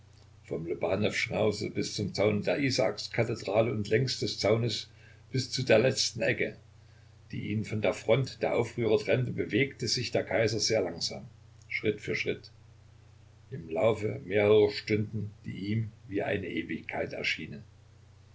vom lobanowschen hause bis zum zaune der isaakskathedrale und längs des zaunes bis zu der letzten ecke die ihn von der front der aufrührer trennte bewegte sich der kaiser sehr langsam schritt für schritt im laufe mehrerer stunden die ihm wie eine ewigkeit erschienen